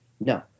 No